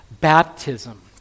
baptism